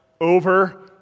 over